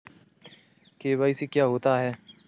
KYC क्या होता है?